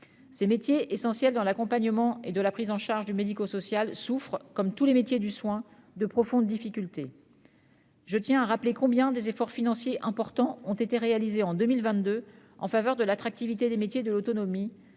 Ces métiers essentiels de l'accompagnement et de la prise en charge du médico-social souffrent, comme tous les métiers du soin, de profondes difficultés. Je tiens à rappeler l'importance des efforts financiers réalisés en 2022 en faveur de l'attractivité des métiers de l'autonomie,